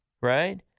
right